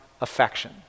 affection